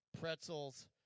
pretzels